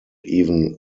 even